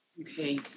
Okay